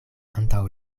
antaŭ